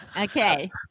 Okay